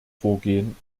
vorgehen